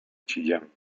chillán